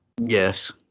Yes